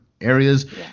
areas